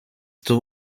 two